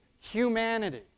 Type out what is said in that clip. humanity